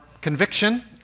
conviction